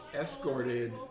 escorted